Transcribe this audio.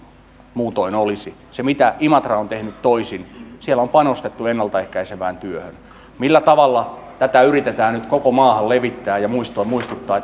muutoin olisi mitä imatra on tehnyt toisin siellä on panostettu ennalta ehkäisevään työhön millä tavalla tätä yritetään nyt koko maahan levittää ja muistuttaa